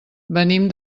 venim